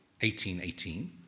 1818